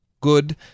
good